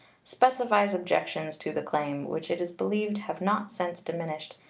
specifies objections to the claim, which it is believed have not since diminished,